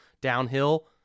downhill